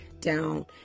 down